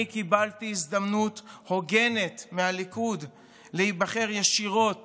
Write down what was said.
אני קיבלתי הזדמנות הוגנת מהליכוד להיבחר ישירות